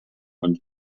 und